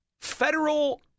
Federal